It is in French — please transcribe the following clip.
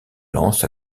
lancent